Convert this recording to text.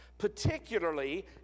particularly